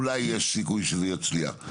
אולי יש סיכוי שזה יצליח.